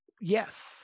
yes